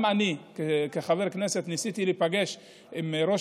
גם אני כחבר כנסת ניסיתי להיפגש עם ראש